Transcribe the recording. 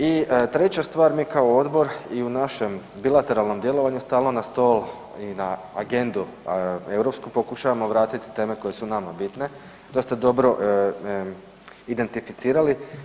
I treća stvar, mi kao odbor i u našem bilateralnom djelovanju stalno na stol i na agendu europsku pokušavamo vratiti teme koje su nama bitne, to ste dobro identificirali.